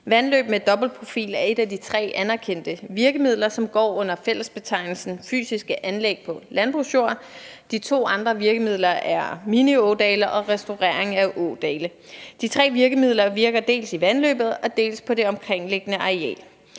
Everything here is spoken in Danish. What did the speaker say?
Vandløb med dobbeltprofil er et af de tre anerkendte virkemidler, som går under fællesbetegnelsen fysiske anlæg på landbrugsjord. De to andre virkemidler er miniådale og restaurering af ådale. De tre virkemidler virker dels i vandløbet, dels på det omkringliggende areal.